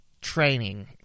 training